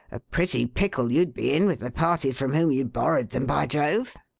a pretty pickle you'd be in with the parties from whom you borrowed them, by jove!